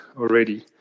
already